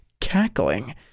cackling